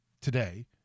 today